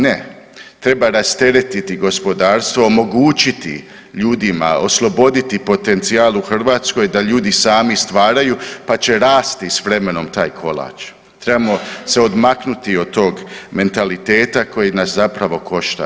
Ne, treba rasteretiti gospodarstvo, omogućiti ljudima, osloboditi potencijal u Hrvatskoj da ljudi sami stvaraju, pa će rasti s vremenom taj kolač, trebamo se odmaknuti od tog mentaliteta koji nas zapravo košta.